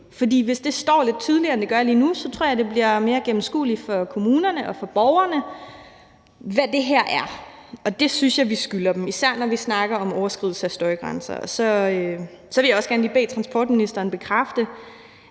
hvis det står lidt tydeligere, end det gør lige nu, tror jeg, det bliver mere gennemskueligt for kommunerne og for borgerne, hvad det her er. Og det synes jeg vi skylder dem, især når vi snakker om overskridelse af støjgrænser. Så vil jeg også gerne lige bede transportministeren om at bekræfte,